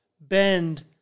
bend